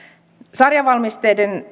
sarjavalmisteisten